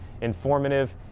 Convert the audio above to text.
informative